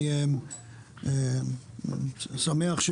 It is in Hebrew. אני שמח,